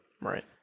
Right